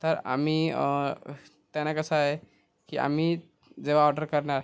तर आम्ही त्याने कसं आहे की आम्ही जेव्हा ऑडर करणार